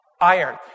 iron